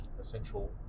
essential